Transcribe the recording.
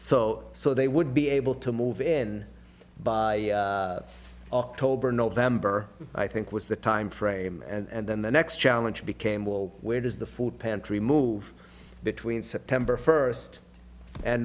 so so they would be able to move in by october november i think was the timeframe and then the next challenge became will where does the food pantry move between september first and